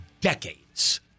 decades